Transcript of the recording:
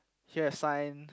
here a sign